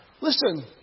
Listen